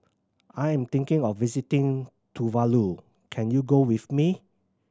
I am thinking of visiting Tuvalu can you go with me